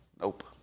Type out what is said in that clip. nope